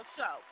Show